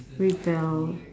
rebel